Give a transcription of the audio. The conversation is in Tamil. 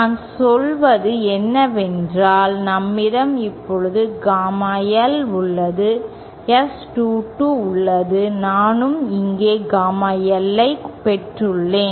நான் சொல்வது என்னவென்றால் நம்மிடம் இப்போது காமா L உள்ளது S 22 உள்ளது நானும் இங்கே காமா L ஐ பெற்றுள்ளேன்